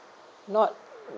not